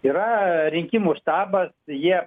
yra rinkimų štabas jie